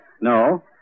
No